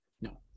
No